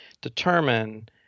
determine